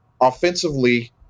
offensively